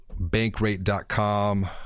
bankrate.com